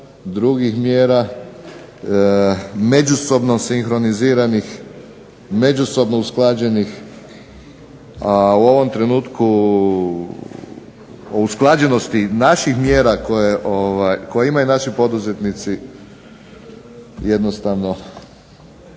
drugih mjera, međusobno sinkroniziranih, međusobno usklađenih, a u ovom trenutku o usklađenosti naših mjera koje imaju naši poduzetnici jednostavno